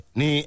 ni